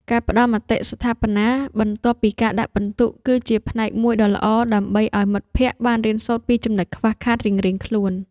ការផ្ដល់មតិស្ថាបនា បន្ទាប់ពីការដាក់ពិន្ទុ គឺជាផ្នែកមួយដ៏ល្អដើម្បីឱ្យមិត្តភក្តិបានរៀនសូត្រពីចំណុចខ្វះខាតរៀងៗខ្លួន។